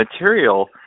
material